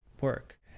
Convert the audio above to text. work